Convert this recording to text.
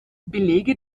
belege